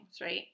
right